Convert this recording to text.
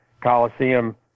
Coliseum